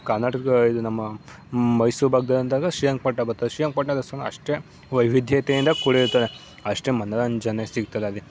ಕರ್ನಾಟಕ ಇದು ನಮ್ಮ ಮೈಸೂರು ಭಾಗ್ದಲ್ಲಿ ಅಂದಾಗ ಶ್ರೀರಂಗಪಟ್ಣ ಬರ್ತದೆ ಶ್ರೀರಂಗ್ಪಟ್ಣದಲ್ಲಿ ಸಹ ಅಷ್ಟೇ ವೈವಿಧ್ಯತೆಯಿಂದ ಕೂಡಿರುತ್ತದೆ ಅಷ್ಟೇ ಮನೋರಂಜನೆ ಸಿಗ್ತದೆ ಅಲ್ಲಿ